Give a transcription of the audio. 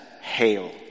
hail